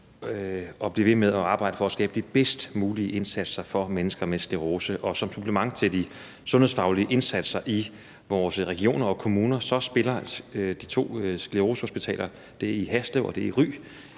at blive ved med at arbejde for at skabe de bedst mulige indsatser for mennesker med sklerose, og som supplement til de sundhedsfaglige indsatser i vores regioner og kommuner spiller de to sklerosehospitaler – det i Haslev og det